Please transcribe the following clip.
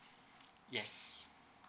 yes